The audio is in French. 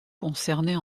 concernées